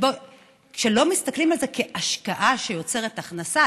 כשלא מסתכלים על זה כהשקעה שיוצרת הכנסה,